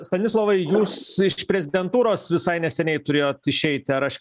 stanislovai jūs iš prezidentūros visai neseniai turėjot išeiti ar aš